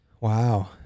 Wow